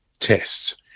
tests